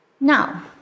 Now